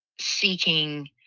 seeking